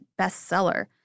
bestseller